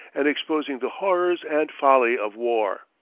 and exposing the horrors and folly of war.